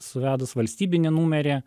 suvedus valstybinį numerį